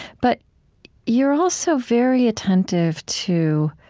but you're also very attentive to,